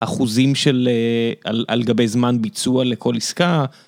אחוזים של על גבי זמן ביצוע לכל עסקה.